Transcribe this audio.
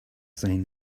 seen